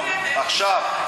עכשיו,